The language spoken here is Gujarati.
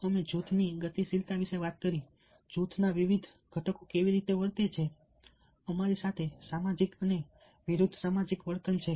અમે જૂથની ગતિશીલતા વિશે વાત કરી જૂથના વિવિધ ઘટકો કેવી રીતે વર્તે છે અમારી પાસે સામાજિક અને વિરુદ્ધ સામાજિક વર્તન છે